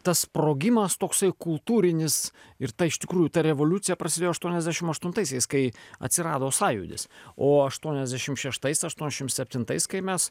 tas sprogimas toksai kultūrinis ir ta iš tikrųjų ta revoliucija prasidėjo aštuoniasdešim aštuntaisiais kai atsirado sąjūdis o aštuoniasdešim šeštais aštuoniasdešim septintais kai mes